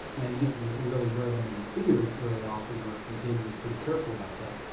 now, you didn't really wear them in the theater very often, or if you did, you were pretty careful about that,